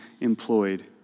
employed